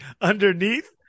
underneath